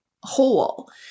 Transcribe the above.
whole